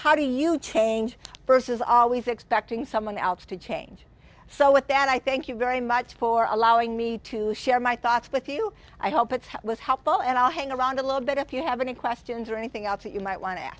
how do you change versus always expecting someone else to change so with that i thank you very much for allowing me to share my thoughts with you i hope it was helpful and i'll hang around a little bit if you have any questions or anything else that you might wan